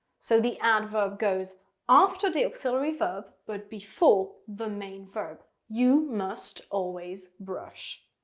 so the adverb goes after the axillary verb, but before the main verb. you must always brush